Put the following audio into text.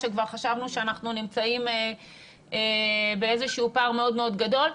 שכבר חשבנו שאנחנו נמצאים באיזה שהוא פער מאוד מאוד גדול.